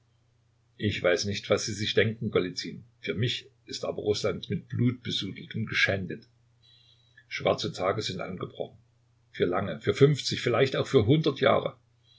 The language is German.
ich weiß nicht was sie sich denken golizyn für mich ist aber rußland mit blut besudelt und geschändet schwarze tage sind angebrochen für lange für fünfzig vielleicht auch für hundert jahre